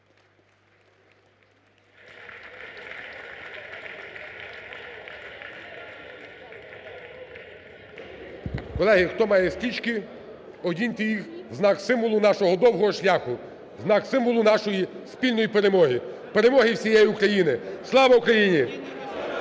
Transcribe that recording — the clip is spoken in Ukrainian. Колеги, хто має стрічки, одіньте їх в знак символу нашого довгого шляху, в знак символу нашої спільної перемоги, перемоги всієї України. Слава Україні!